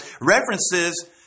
references